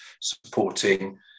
supporting